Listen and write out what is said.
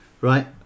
right